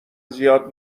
زیاد